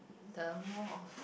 the more of